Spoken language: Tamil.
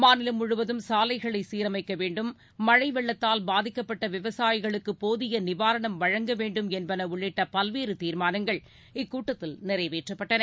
மாநிலம் முழுவதும் சாலைகளை சீரமைக்க வேண்டும் மழை வெள்ளத்தால் பாதிக்கப்பட்ட விவசாயிகளுக்கு போதிய நிவாரணம் வழங்க வேண்டும் என்பன உள்ளிட்ட பல்வேறு தீர்மானங்கள் இக்கூட்டத்தில் நிறைவேற்றப்பட்டன